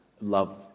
love